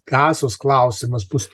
gazos klausimas bus